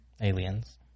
aliens